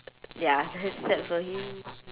ya that's feel sad for him